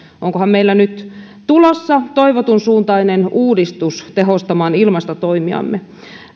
onkohan meillä nyt tulossa toivotun suuntainen uudistus tehostamaan ilmastotoimiamme